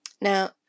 Now